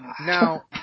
Now